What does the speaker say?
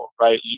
right